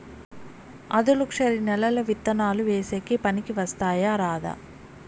ఆధులుక్షరి నేలలు విత్తనాలు వేసేకి పనికి వస్తాయా రాదా?